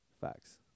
Facts